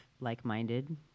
like-minded